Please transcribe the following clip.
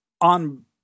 on